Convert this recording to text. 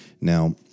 Now